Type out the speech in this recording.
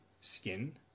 skin